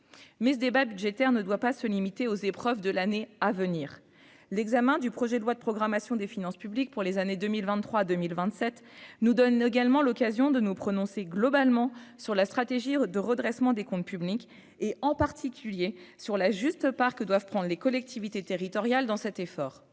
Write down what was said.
mais ce débat budgétaire ne doit pas se limiter aux épreuves de l'année à venir, l'examen du projet de loi de programmation des finances publiques pour les années 2023 2027 nous donne également l'occasion de nous prononcer globalement sur la stratégie de redressement des comptes publics et en particulier sur la juste part que doivent prendre les collectivités territoriales dans cet effort,